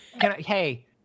Hey